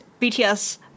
bts